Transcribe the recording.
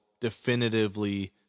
definitively